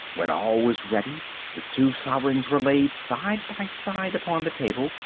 when all was ready the two sovereigns were laid side by side upon the table,